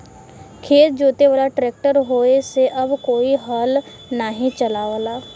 खेत जोते वाला ट्रैक्टर होये से अब कोई हल नाही चलावला